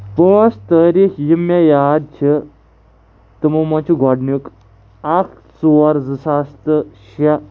پانٛژھ تٲریٖخ یِم مےٚ یاد چھِ تِمو مںٛز چھِ گۄڈنیُٚک اَکھ ژور زٕ ساس تہٕ شےٚ